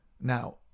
Now